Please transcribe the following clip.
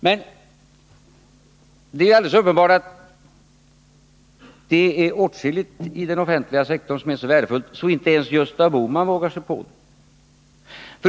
Men det är alldeles uppenbart att åtskilligt i den offentliga sektorn är så värdefullt att inte ens Gösta Bohman vågar sig på det.